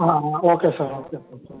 ah ah okay sir okay sir